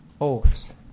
Oaths